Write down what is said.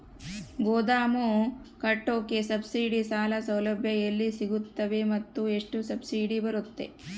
ಗೋದಾಮು ಕಟ್ಟೋಕೆ ಸಬ್ಸಿಡಿ ಸಾಲ ಸೌಲಭ್ಯ ಎಲ್ಲಿ ಸಿಗುತ್ತವೆ ಮತ್ತು ಎಷ್ಟು ಸಬ್ಸಿಡಿ ಬರುತ್ತೆ?